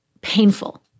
painful